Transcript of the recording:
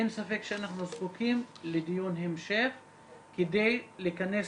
אין ספק שאנחנו זקוקים לדיון המשך כדי להיכנס